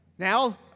Now